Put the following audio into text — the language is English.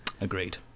Agreed